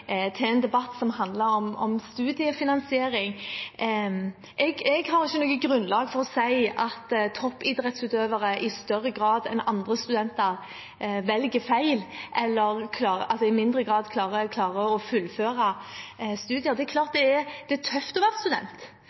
til en debatt som handler om studiefinansiering. Jeg har ikke noe grunnlag for å si at toppidrettsutøvere i større grad enn andre studenter velger feil eller i mindre grad klarer å fullføre studier. Det er tøft å være student, det er tøft å